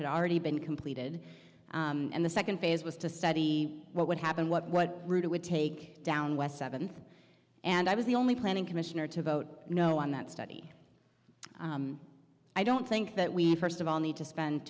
had already been completed and the second phase was to study what would happen what route it would take down west seventh and i was the only planning commissioner to vote no on that study i don't think that we had first of all need to spend